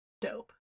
dope